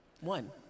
one